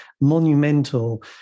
monumental